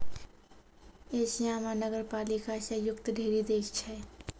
Asia म नगरपालिका स युक्त ढ़ेरी देश छै